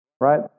Right